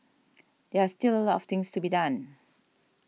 there are still a lot of things to be done